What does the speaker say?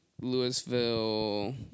Louisville